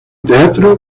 teatro